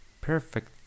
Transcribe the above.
perfect